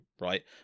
right